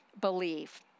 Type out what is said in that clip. believe